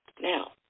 Now